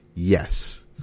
Yes